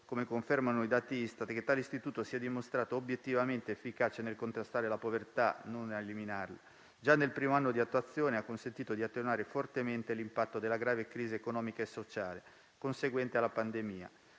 come confermano i dati Istat - che tale istituto si è dimostrato obiettivamente efficace nel contrastare la povertà, non a eliminarla. Già nel primo anno di attuazione ha consentito di attenuare fortemente l'impatto della grave crisi economica e sociale conseguente alla pandemia,